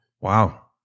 Wow